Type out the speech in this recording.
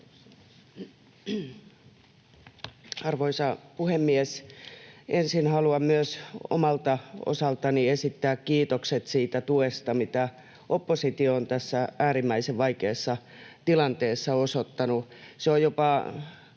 Arvoisa puhemies! Ensin haluan myös omalta osaltani esittää kiitokset siitä tuesta, mitä oppositio on tässä äärimmäisen vaikeassa tilanteessa osoittanut.